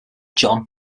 john